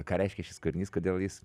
ką reiškia šis kūrinys kodėl jis